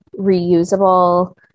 reusable